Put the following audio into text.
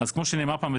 כמו שנאמר פעם בטלוויזיה,